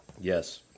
Yes